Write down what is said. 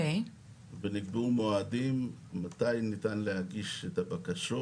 ונקבעו מועדים מתי ניתן להגיש את הבקשות,